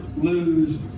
lose